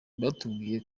batubwiye